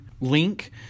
link